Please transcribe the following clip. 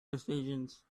decisions